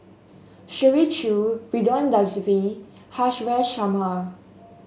Shirley Chew Ridzwan Dzafir Haresh Sharma